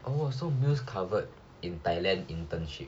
oh so most covered in thailand internship